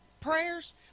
prayers